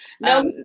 No